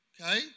okay